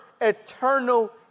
eternal